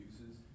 uses